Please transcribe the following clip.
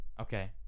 Okay